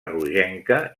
rogenca